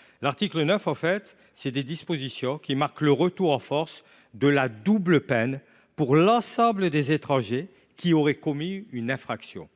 de ce projet de loi. Ses dispositions marquent le retour en force de la double peine pour l’ensemble des étrangers qui auraient commis une infraction.